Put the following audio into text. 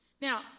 Now